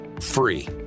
free